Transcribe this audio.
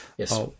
Yes